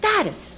status